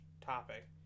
topic